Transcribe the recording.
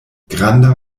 granda